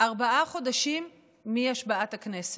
ארבעה חודשים מהשבעת הכנסת.